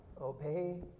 Obey